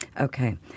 Okay